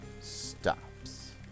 stops